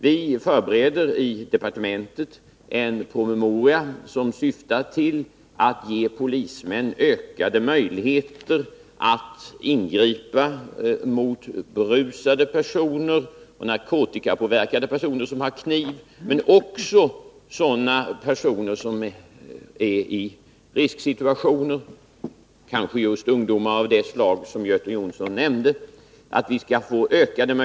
Vi förbereder i departementet en promemoria som syftar till att ge polismän ökade möjligheter att ingripa mot berusade personer och narkotikapåverkade personer som har kniv men också mot sådana personer som är i risksituationer — kanske just ungdomar av det slag som Göte Jonsson nämnde.